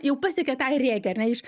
jau pasiekia tą ir rėkia ar ne iš